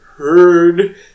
heard